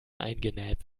eingenäht